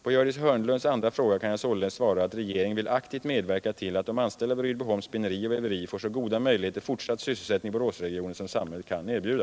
På Gördis Hörnlunds andra fråga kan jag således svara att regeringen vill aktivt medverka till att de anställda vid Rydboholms spinneri och väveri får så goda möjligheter till fortsatt sysselsättning i Boråsregionen som samhället kan erbjuda.